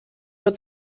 wird